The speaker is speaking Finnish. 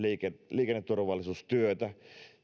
liikenneturvallisuustyötä